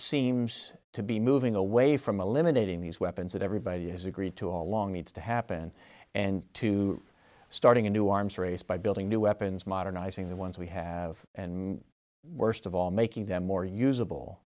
seems to be moving away from eliminating these weapons that everybody has agreed to all along needs to happen and two starting a new arms race by building new weapons modernizing the ones we have and worst of all making them more